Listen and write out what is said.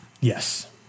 Yes